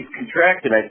contracted